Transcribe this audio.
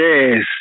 Yes